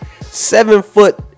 seven-foot